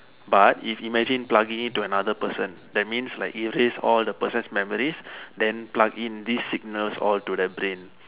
but if imagine plugging it to other person that means like erase all the person's memories then plug in these signal all to the brain